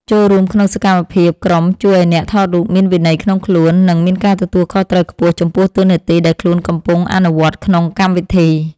ចូលរួមក្នុងសកម្មភាពក្រុមជួយឱ្យអ្នកថតរូបមានវិន័យក្នុងខ្លួន និង មានការទទួលខុសត្រូវខ្ពស់ចំពោះតួនាទីដែលខ្លួនកំពុងអនុវត្តក្នុងកម្មវិធី។